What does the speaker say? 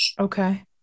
Okay